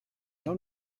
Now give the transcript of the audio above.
non